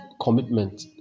commitment